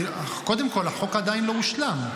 קודם כול, החוק עדיין לא הושלם.